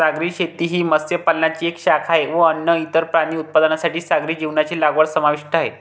सागरी शेती ही मत्स्य पालनाची एक शाखा आहे व अन्न, इतर प्राणी उत्पादनांसाठी सागरी जीवांची लागवड समाविष्ट आहे